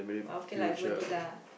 but okay lah it's worth it lah